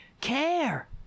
care